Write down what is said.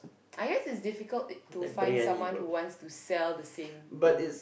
I guess it's difficult to find someone who wants to sell the same thing